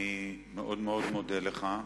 אני מאוד מאוד מודה לך.